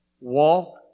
walk